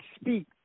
speak